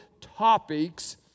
topics